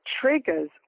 triggers